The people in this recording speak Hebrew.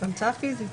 המצאה פיזית.